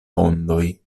ondoj